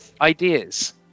ideas